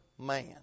man